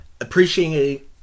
appreciating